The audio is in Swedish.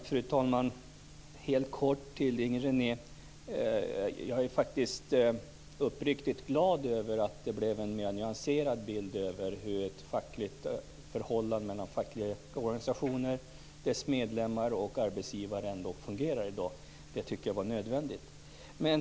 Fru talman! Helt kort till Inger René: Jag är faktiskt uppriktigt glad över att det blev en mer nyanserad bild av hur förhållandet mellan fackliga organisationer och dess medlemmar samt arbetsgivare fungerar i dag. Det tycker jag var nödvändigt.